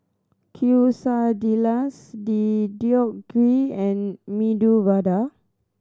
Quesadillas Deodeok Gui and Medu Vada